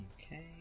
Okay